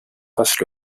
race